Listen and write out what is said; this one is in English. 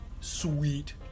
sweet